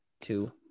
two